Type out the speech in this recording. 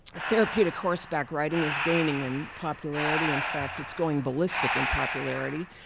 therapeutic horseback riding is gaining in popularity. in fact, it's going ballistic in popularity.